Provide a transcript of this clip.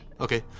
Okay